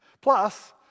Plus